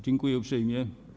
Dziękuję uprzejmie.